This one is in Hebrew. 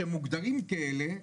שמוגדרים כאלה,